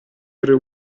era